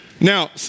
Now